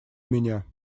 меня